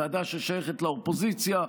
ועדה ששייכת לאופוזיציה.